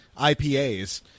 IPAs